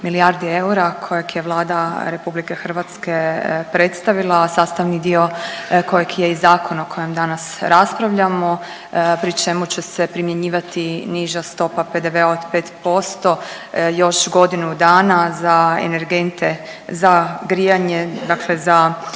milijardi eura kojeg je Vlada RH predstavila, a sastavni dio kojeg je i zakon o kojem danas raspravljamo pri čemu će se primjenjivati niža stopa PDV-a od 5% još godinu dana za energente za grijanje, dakle za